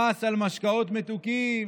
מס על משקאות מתוקים,